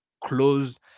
closed